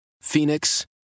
Phoenix